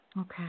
Okay